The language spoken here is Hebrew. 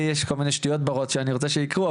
לי יש כל מיני שטויות בראש שאני רוצה שיקרו,